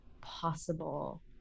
possible